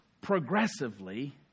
progressively